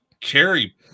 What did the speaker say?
carry